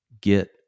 get